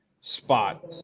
Spot